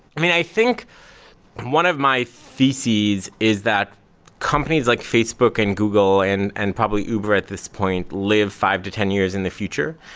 i mean, i think one of my thesis is that companies like facebook and google and and probably uber at this point live five to ten years in the future.